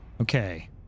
Okay